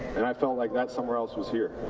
and i felt like that somewhere else was here.